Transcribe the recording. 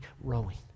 rowing